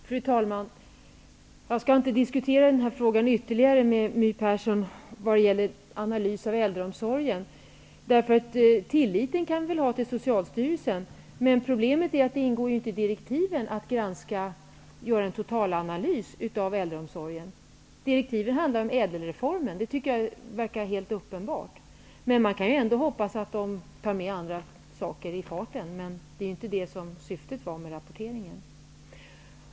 Fru talman! Jag skall inte diskutera frågan om analys av äldreomsorgen ytterligare med My Persson. Vi kan ha tillit till Socialstyrelsen, men problemet är att det inte ingår i direktiven att göra en totalanalys av äldreomsorgen. Det är helt uppenbart att direktiven handlar om ÄDEL reformen. Man kan hoppas att de tar med andra saker i farten, men det är inte syftet med rapporteringen.